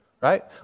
Right